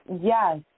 yes